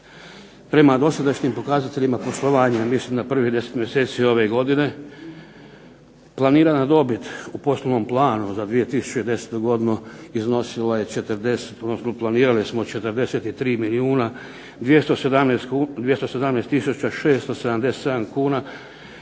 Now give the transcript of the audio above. prema dosadašnjim pokazateljima poslovanja, mislim na prvih deset mjeseci ove godine, planirana dobit u poslovnom planu za 2010. godinu iznosilo je 40,